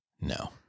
No